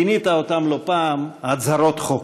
כינית אותן לא פעם "הצהרות חוק".